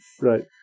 Right